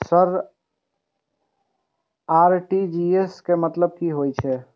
Sir RTGS के मतलब की हे छे?